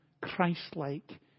Christ-like